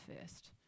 first